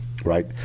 Right